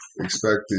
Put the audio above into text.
expected